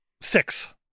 six